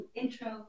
intro